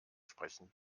sprechen